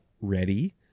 ready